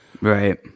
Right